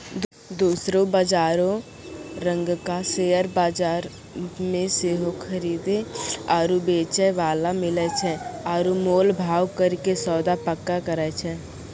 दोसरो बजारो रंगका शेयर बजार मे सेहो खरीदे आरु बेचै बाला मिलै छै आरु मोल भाव करि के सौदा पक्का करै छै